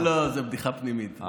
לא, זו בדיחה פנימית.